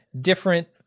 different